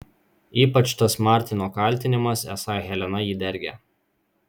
ypač tas martino kaltinimas esą helena jį dergia